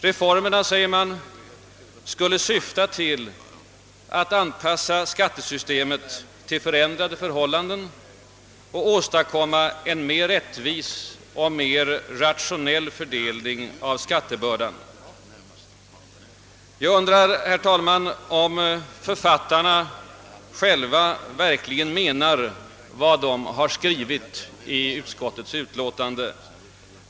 Reformerna syftar till att »anpassa skattesystemet till de förändrade förhållandena i samhället och åstadkomma en mer rättvis och rationell för-: delning av skattebördan», säger man.. Jag undrar emellertid, herr talman, om författarna själva verkligen menar vad de har skrivit i utskottets utlåtande.